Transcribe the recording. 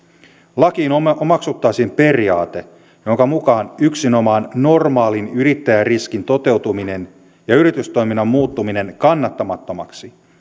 lakiin omaksuttaisiin periaate jonka mukaan yksinomaan normaalin yrittäjäriskin toteutuminen ja yritystoiminnan muuttuminen kannattamattomaksi